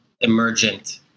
emergent